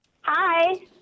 Hi